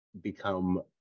become